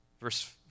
Verse